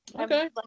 Okay